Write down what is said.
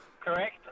Correct